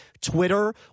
Twitter